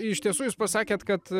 iš tiesų jūs pasakėt kad